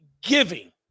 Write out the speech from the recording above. giving